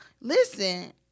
listen